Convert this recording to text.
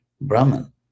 Brahman